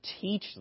Teach